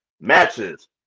matches